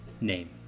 name